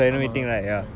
ஆமா:aamaa